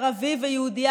ערבי ויהודי,